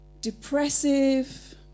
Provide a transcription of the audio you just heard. depressive